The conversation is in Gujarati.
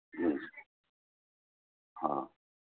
હમ હા